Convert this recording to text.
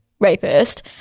rapist